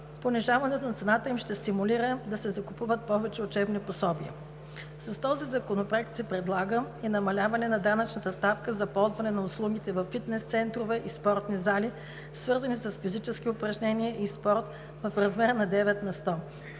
понижаването на цената им ще стимулира да се закупуват повече учебни пособия. С този законопроект се предлага и намаляване на данъчната ставка за ползване на услугите във фитнес центрове и спортни зали, свързани с физически упражнения и спорт в размер на 9 на сто.